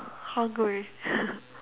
hungry